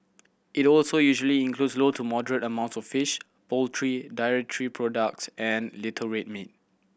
it also usually includes low to moderate amount of fish poultry dairy products and little red meat